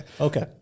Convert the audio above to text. okay